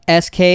SK